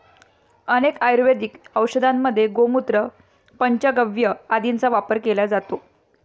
अनेक आयुर्वेदिक औषधांमध्ये गोमूत्र, पंचगव्य आदींचा वापर केला जातो